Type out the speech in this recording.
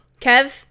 kev